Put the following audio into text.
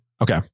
Okay